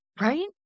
right